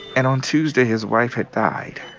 and on tuesday, his wife had died,